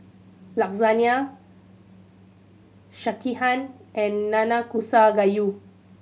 Lasagne Sekihan and Nanakusa Gayu